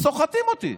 סוחטים אותי.